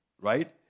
right